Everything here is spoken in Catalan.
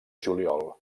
juliol